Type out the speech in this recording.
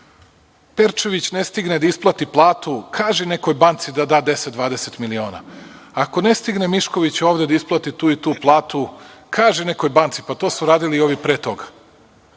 Perčević ne stigne da isplati platu, kaži nekoj banci da da 10-20 miliona, ako ne stigne Mišković ovde da isplati tu i tu platu, kaži nekoj banci. To su radili i ovi pre toga.